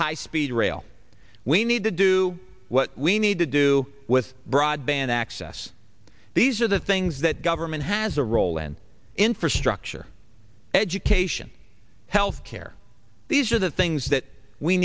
high speed rail we need to do what we need to do with broadband access these are the things that government has a role in infrastructure education health care these are the things that we